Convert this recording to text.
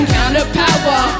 Counter-Power